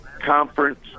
conference